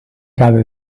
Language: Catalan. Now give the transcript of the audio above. cada